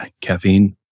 caffeine